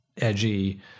edgy